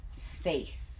faith